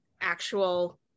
actual